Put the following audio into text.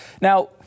Now